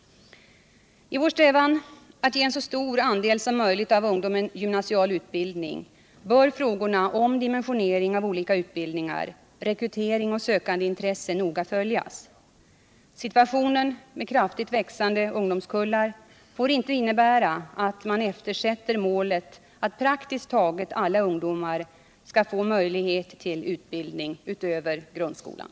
I vår strävan att ge en så stor andel av ungdomen som möjligt gymnasial utbildning bör frågorna om dimensionering av olika utbildningar, rekrytering och sökandeintresse noga följas. Situationen med kraftigt växande ungdomskullar får inte innebära att man eftersätter målet att praktiskt taget alla ungdomar skall ha möjlighet till utbildning utöver grundskolan.